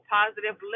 positive